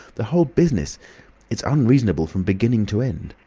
the whole business it's unreasonable from beginning to end.